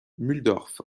mulhdorf